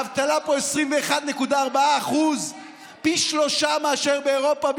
האבטלה פה 21.4% פי שלושה מאשר באירופה,